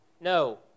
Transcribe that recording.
no